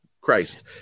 Christ